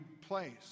place